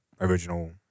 original